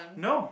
no